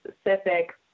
specific